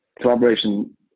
collaboration